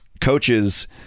coaches